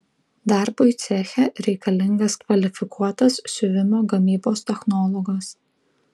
darbui ceche reikalingas kvalifikuotas siuvimo gamybos technologas